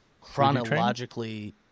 chronologically